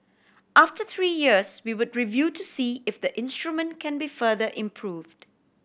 after three years we would review to see if the instrument can be further improved